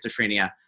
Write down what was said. schizophrenia